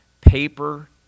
paper